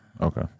Okay